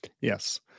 yes